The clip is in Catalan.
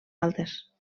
altes